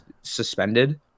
suspended